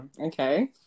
okay